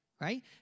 right